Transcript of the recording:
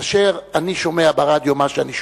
כאשר אני שומע ברדיו מה שאני שומע,